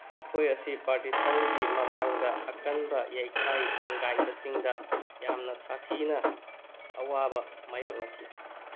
ꯃꯈꯣꯏ ꯑꯁꯤ ꯄꯥꯔꯇꯤꯁꯟꯒꯤ ꯃꯃꯥꯡꯗ ꯑꯀꯟꯕ ꯌꯩꯈꯥꯏ ꯊꯤꯡꯒꯥꯏꯕꯁꯤꯡꯗ ꯌꯥꯝꯅ ꯁꯥꯊꯤꯅ ꯑꯋꯥꯕ ꯃꯥꯌꯣꯛꯅꯈꯤ